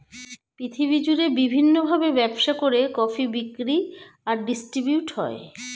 পৃথিবী জুড়ে বিভিন্ন ভাবে ব্যবসা করে কফি বিক্রি আর ডিস্ট্রিবিউট হয়